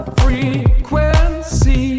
frequency